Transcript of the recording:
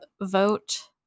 vote